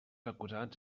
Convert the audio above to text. acusats